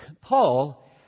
Paul